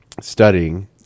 studying